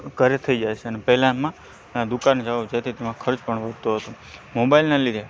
ઘરે જ થઈ જાય છે અને પહેલામાં દુકાને જવું જેથી તમારે ખર્ચ પણ વધતો હતો મોબાઈલના લીધે